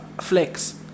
flex